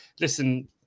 listen